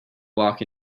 walk